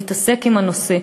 להתעסק עם הנושא.